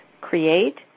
create